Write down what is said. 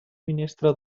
ministre